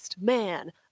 man